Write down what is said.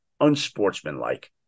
unsportsmanlike